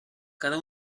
cada